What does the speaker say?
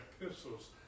epistles